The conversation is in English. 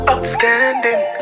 Upstanding